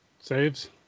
saves